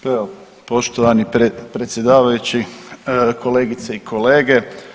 Pa evo, poštovani predsjedavajući, kolegice i kolege.